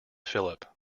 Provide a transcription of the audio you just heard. philip